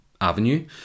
avenue